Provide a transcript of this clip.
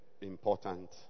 important